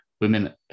Women